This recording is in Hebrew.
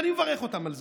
ואני מברך אותם על זה: